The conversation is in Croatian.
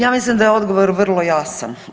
Ja mislim da je odgovor vrlo jasan.